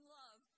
love